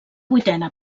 vuitena